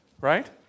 right